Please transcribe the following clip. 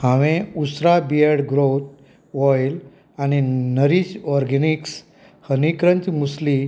हांवें Ustraa beard growth oil आनी Nourish Organics honey crunch muesli